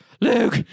Luke